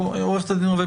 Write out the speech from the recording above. עורכת הדין רווה,